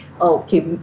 okay